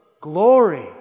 glory